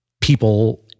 people